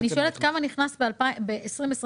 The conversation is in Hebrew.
כמה נכנס ב-2022?